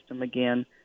again